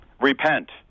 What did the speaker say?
Repent